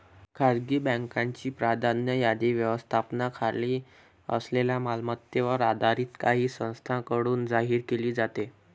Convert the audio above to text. खासगी बँकांची प्राधान्य यादी व्यवस्थापनाखाली असलेल्या मालमत्तेवर आधारित काही संस्थांकडून जाहीर केली जाते